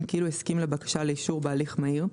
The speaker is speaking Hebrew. כאילו הסכים לבקשה לאישור בהליך מהיר,